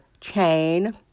chain